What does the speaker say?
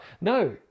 No